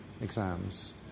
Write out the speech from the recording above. exams